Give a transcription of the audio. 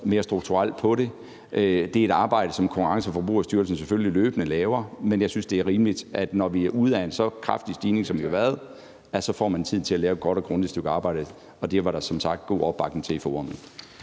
mere strukturelt på det. Det er et arbejde, som Konkurrence- og Forbrugerstyrelsen selvfølgelig løbende laver, men jeg synes, at det er rimeligt, at når vi er ude af en så kraftig stigning, som der har været, får man tiden til at lave et godt og grundigt stykke arbejde. Det var der som sagt god opbakning til i forummet.